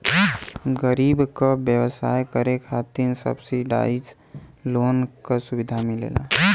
गरीब क व्यवसाय करे खातिर सब्सिडाइज लोन क सुविधा मिलला